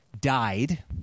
died